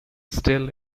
still